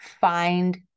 find